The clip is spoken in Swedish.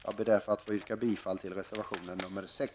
Jag ber därför att få yrka bifall till reservation nr 6.